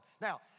Now